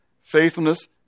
faithfulness